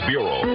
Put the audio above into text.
Bureau